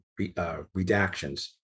redactions